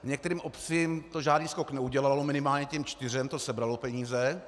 Některým obcím to žádný skok neudělalo, minimálně těm čtyřem to sebralo peníze.